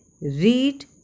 read